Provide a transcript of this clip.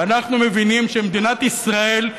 ואנחנו מבינים שמדינת ישראל,